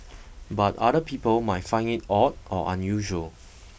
but other people might find it odd or unusual